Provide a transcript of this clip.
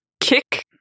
kick